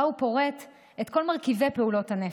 שבה הוא פורט את כל מרכיבי פעולות הנפש,